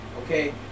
Okay